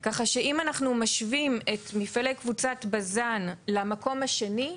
ככה שאם אנחנו משווים את מפעלי קבוצת בז"ן למקום השני,